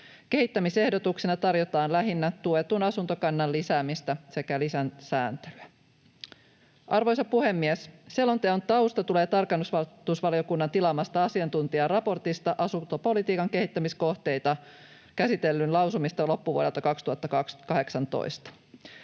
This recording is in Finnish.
Kehittämisehdotuksena tarjotaan lähinnä tuetun asuntokannan lisäämistä sekä lisäsääntelyä. Arvoisa puhemies! Selonteon tausta tulee tarkastusvaliokunnan tilaaman asiantuntijaraportin Asumispolitiikan kehittämiskohteita käsittelyn lausumista loppuvuodelta 2018.